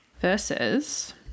Versus